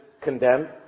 condemned